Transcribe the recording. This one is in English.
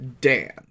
Dan